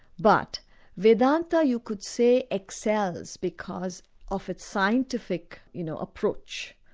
but vedanta you could say excels, because of its scientific you know approach,